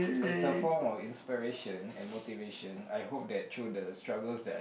as a form of inspiration and motivation I hope that through the struggles that I